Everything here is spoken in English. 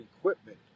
equipment